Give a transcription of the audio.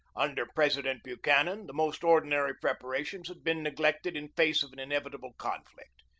under president buchanan, the most ordinary preparations had been neglected in face of an inevitable conflict.